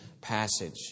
passage